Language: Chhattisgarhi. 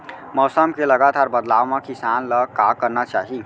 मौसम के लगातार बदलाव मा किसान ला का करना चाही?